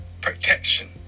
protection